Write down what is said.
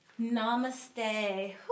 Namaste